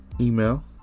Email